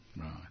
right